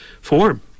form